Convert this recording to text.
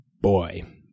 boy